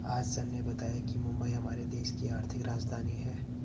आज सर ने बताया कि मुंबई हमारे देश की आर्थिक राजधानी है